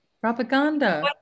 Propaganda